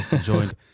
Joined